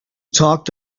talked